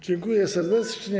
Dziękuję serdecznie.